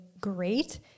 great